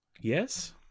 Yes